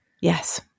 Yes